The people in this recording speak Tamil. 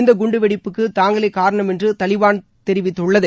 இந்த குண்டு வெடிப்புக்கு தாங்களே காணரம் என்று தாலிபான் தெரிவித்துள்ளது